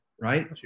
right